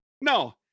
No